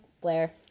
Blair